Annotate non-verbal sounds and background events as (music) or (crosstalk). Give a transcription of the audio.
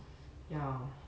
(noise) ya